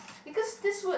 because this word